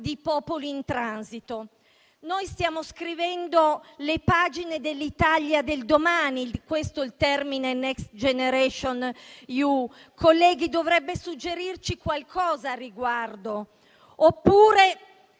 di popoli in transito. Stiamo scrivendo le pagine dell'Italia del domani e il termine Next generation EU, onorevoli colleghi, dovrebbe suggerirci qualcosa al riguardo. Oppure